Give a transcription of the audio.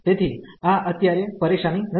તેથીઆ અત્યારે પરેશાની નથી